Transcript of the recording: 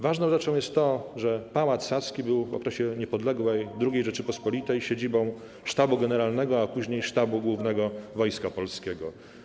Ważną rzeczą jest to, że Pałac Saski był w okresie niepodległej II Rzeczypospolitej siedzibą sztabu generalnego, a później Sztabu Głównego Wojska Polskiego.